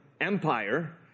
empire